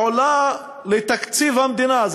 שעולה לתקציב המדינה,